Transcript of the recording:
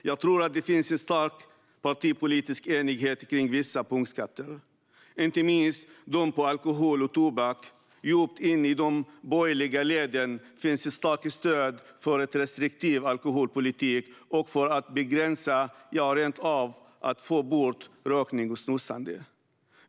Jag tror att det finns en stark partipolitisk enighet kring vissa punktskatter, inte minst de på alkohol och tobak. Djupt inne i de borgerliga leden finns ett starkt stöd för en restriktiv alkoholpolitik och för att begränsa, ja rent av få bort, rökning och snusande.